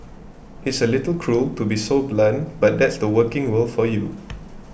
it's a little cruel to be so blunt but that's the working world for you